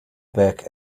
back